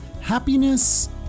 happiness